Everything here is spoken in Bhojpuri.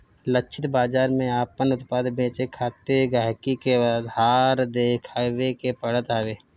लक्षित बाजार में आपन उत्पाद बेचे खातिर गहकी के आधार देखावे के पड़त हवे